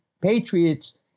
patriots